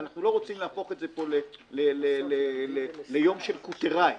לא רוצים להפוך את זה ליום של "קוּטֵרַאי",